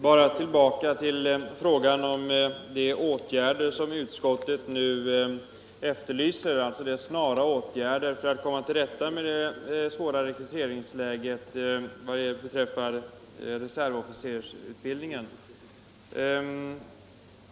Nr 88 Herr talman! Låt mig återkomma till frågan om de snara åtgärder som Torsdagen den utskottet efterlyser för att komma till rätta med det svåra rekryteringsläget 22 maj 1975 vad beträffar reservofficersutbildningen.